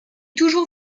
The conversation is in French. toujours